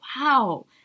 wow